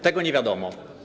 Tego nie wiadomo.